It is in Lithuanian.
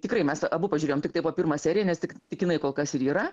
tikrai mes abu pažiūrėjom tiktai po pirmą seriją nes tik tik jinai kol kas ir yra